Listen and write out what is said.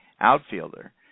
outfielder